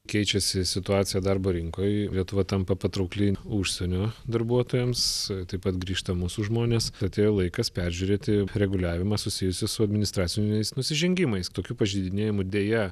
keičiasi situacija darbo rinkoj lietuva tampa patraukli užsienio darbuotojams taip pat grįžta mūsų žmonės atėjo laikas peržiūrėti reguliavimą susijusį su administraciniais nusižengimais tokių pažeidinėjimų deja